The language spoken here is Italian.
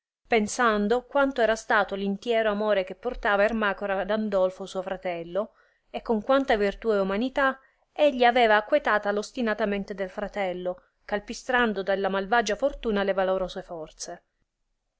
pensando quanto era stato l'intiero amore che portava ermacora ad andolfo suo fratello e con quanta virtù e umanità egli aveva acquetata r ostinata mente del fratello calpistrando della malvagia fortuna le valorose forze